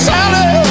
Sally